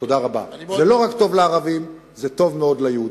זה לא רק טוב לערבים, זה טוב מאוד ליהודים.